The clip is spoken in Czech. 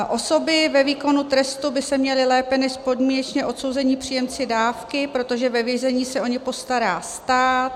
Osoby ve výkonu trestu by se měly lépe než podmínečně odsouzení příjemci dávky, protože ve vězení se o ně postará stát.